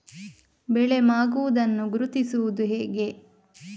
ಬೆಳೆ ಮಾಗುವುದನ್ನು ಗುರುತಿಸುವುದು ಹೇಗೆ?